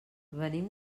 venim